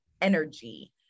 energy